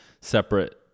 separate